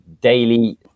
daily